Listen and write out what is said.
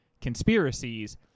conspiracies